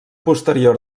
posterior